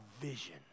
Vision